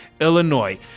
illinois